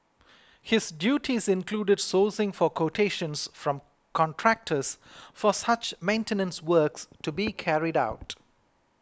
his duties included sourcing for quotations from contractors for such maintenance works to be carried out